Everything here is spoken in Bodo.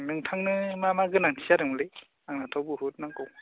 नोंथांनो मा मा गोनांथि जादोंलै आंनोथ बहुथ नांगौ